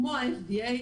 כמו ה-FDA,